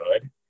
good